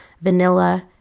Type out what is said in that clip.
Vanilla